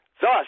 thus